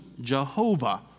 Jehovah